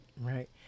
Right